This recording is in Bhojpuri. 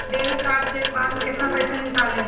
डेबिट कार्ड से एक बार मे केतना पैसा निकले ला?